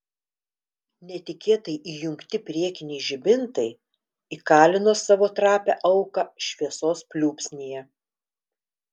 netikėtai įjungti priekiniai žibintai įkalino savo trapią auką šviesos pliūpsnyje